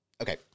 Okay